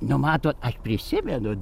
nu matot aš prisimenu